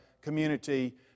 community